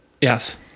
Yes